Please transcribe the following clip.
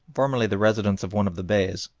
formerly the residence of one of the beys,